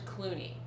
Clooney